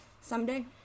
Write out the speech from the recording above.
someday